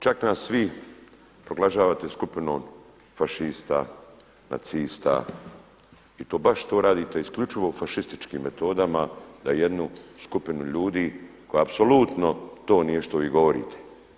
Čak nas svi proglašavate skupinom fašista, nacista i to baš to radite isključivo fašističkim metodama da jednu skupinu ljudi koja apsolutno to nije što vi govorite.